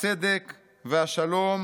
הצדק והשלום